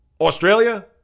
Australia